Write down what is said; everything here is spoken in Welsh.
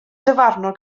dyfarnwr